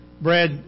Brad